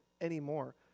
anymore